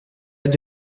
hâte